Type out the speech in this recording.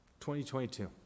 2022